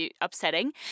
upsetting